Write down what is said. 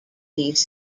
these